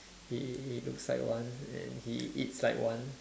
he he he looks like one and he eats like one